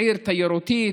עיר תיירותית,